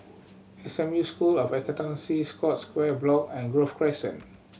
S M U School of Accountancy Scotts Square Block and Grove Crescent